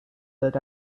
that